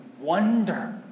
wonder